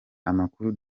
amakuru